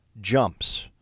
jumps